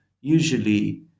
usually